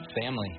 family